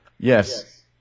Yes